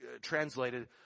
Translated